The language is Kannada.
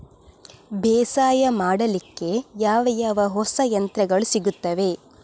ಬೇಸಾಯ ಮಾಡಲಿಕ್ಕೆ ಯಾವ ಯಾವ ಹೊಸ ಯಂತ್ರಗಳು ಸಿಗುತ್ತವೆ?